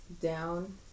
down